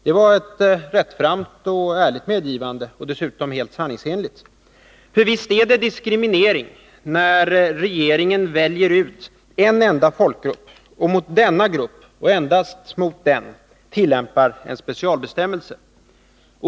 Det var ett rättframt och ärligt medgivande. Och dessutom helt sanningsenligt. För visst är det diskriminering när regeringen väljer ut en enda folkgrupp och mot denna grupp — och endast mot den — tillämpar en specialbestämmelse.